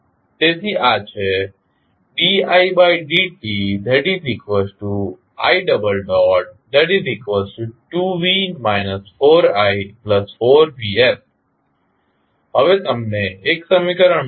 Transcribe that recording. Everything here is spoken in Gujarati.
તેથી આ છે didti2v 4i4vs હવે તમને એક સમીકરણ મળ્યું